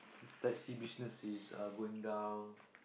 the taxi business is uh going down